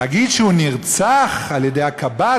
להגיד שהוא נרצח על-ידי הקב"ט,